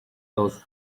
those